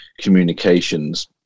communications